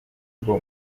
ngo